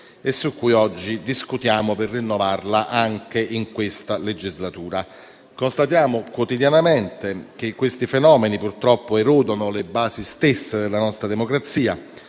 Segre. Oggi discutiamo per rinnovarla anche in questa legislatura. Constatiamo quotidianamente che questi fenomeni purtroppo erodono le basi stesse della nostra democrazia;